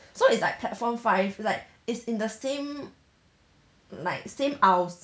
so it's like platform five like it's in the same like same aisle